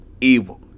evil